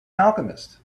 alchemist